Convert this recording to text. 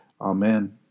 Amen